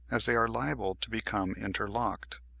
as they are liable to become interlocked.